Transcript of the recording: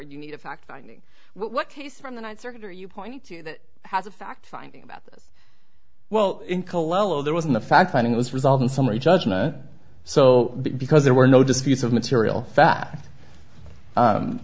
you need a fact finding what case from the ninth circuit or you point to that has a fact finding about this well in cologne there wasn't a fact finding this result in summary judgment so because there were no disputes of material fact